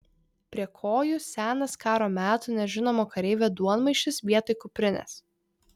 prie kojų senas karo metų nežinomo kareivio duonmaišis vietoj kuprinės